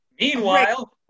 Meanwhile